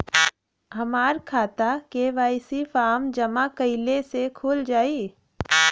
हमार खाता KYC form जमा कइले से खुल जाई?